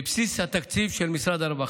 מבסיס התקציב של משרד הרווחה.